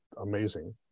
amazing